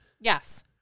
Yes